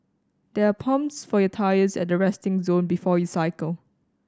there are pumps for your tyres at the resting zone before you cycle